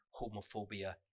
homophobia